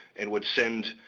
and would send